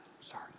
sorry